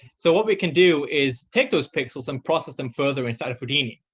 so what we can do is take those pixels and process them further inside of houdini.